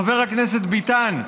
חבר הכנסת ביטן,